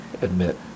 admit